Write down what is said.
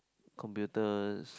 computers